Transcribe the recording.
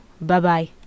Bye-bye